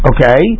Okay